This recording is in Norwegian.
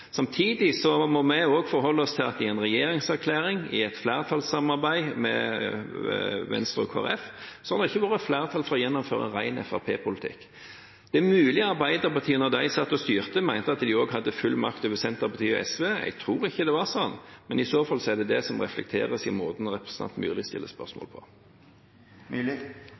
Samtidig må vi også forholde oss til at i en regjeringserklæring i et flertallssamarbeid med Venstre og Kristelig Folkeparti har det ikke vært flertall for å gjennomføre en ren Fremskrittsparti-politikk. Det er mulig at Arbeiderpartiet da de satt og styrte, mente at de også hadde full makt over Senterpartiet og SV. Jeg tror ikke det var sånn, men i så fall er det det som reflekteres i måten representanten Myrli stiller spørsmålet på. Nå er meningen med replikker at stortingsrepresentanter stiller spørsmål